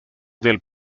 del